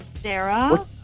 Sarah